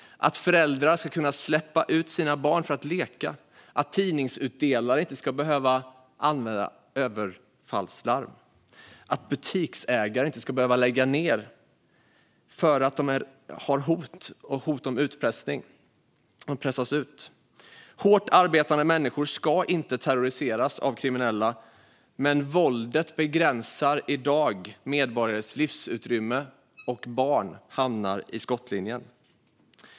Föräldrar ska kunna släppa ut sina barn för att leka. Tidningsutdelare ska inte behöva använda överfallslarm. Butiksägare ska inte behöva lägga ned därför att de utsätts för hot och utpressning. Hårt arbetande människor ska inte terroriseras av kriminella, men våldet begränsar i dag medborgares livsutrymme - och barn hamnar i skottlinjen.